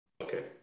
Okay